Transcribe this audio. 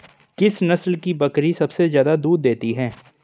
किस नस्ल की बकरी सबसे ज्यादा दूध देती है?